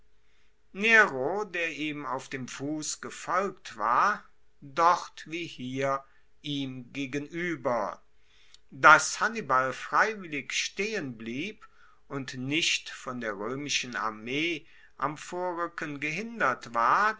nero der ihm auf dem fuss gefolgt war dort wie hier ihm gegenueber dass hannibal freiwillig stehenblieb und nicht von der roemischen armee am vorruecken gehindert ward